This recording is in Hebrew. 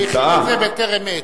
הוא הכין את זה בטרם עת.